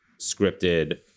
scripted